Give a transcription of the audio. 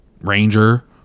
ranger